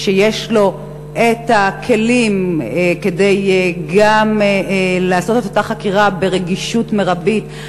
שיש לו הכלים גם כדי לעשות את אותה חקירה ברגישות מרבית,